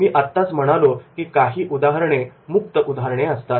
मी आत्ताच म्हणालो की काही उदाहरणे मुक्त उदाहरणे असतात